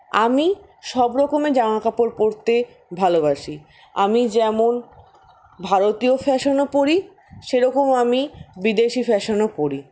আমি সব রকমের জামাকাপড় পরতে ভালোবাসি আমি যেমন ভারতীয় ফ্যাশনও পরি সেরকম আমি বিদেশী ফ্যাশনও পরি